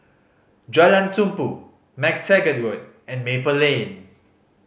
Jalan Tumpu MacTaggart Road and Maple Lane